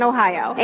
Ohio